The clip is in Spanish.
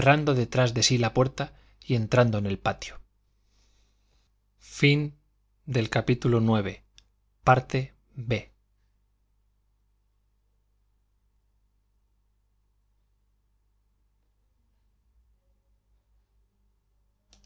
detrás de sí la puerta y entrando en el patio a